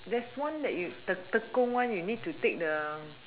that's one that you the the tekong one you need to take the